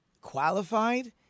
qualified